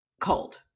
cold